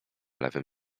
lewym